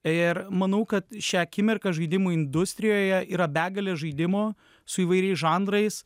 ir manau kad šią akimirką žaidimų industrijoje yra begalė žaidimo su įvairiais žanrais